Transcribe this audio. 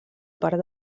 part